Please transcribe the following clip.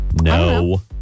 No